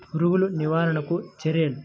పురుగులు నివారణకు చర్యలు?